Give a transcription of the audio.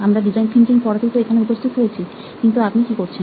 আমরা design thinking পড়াতেই তো এখানে উপস্থিত হয়েছি কিন্তু আপনি কি করছেন